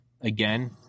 Again